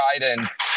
guidance